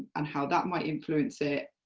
and how that might influence it.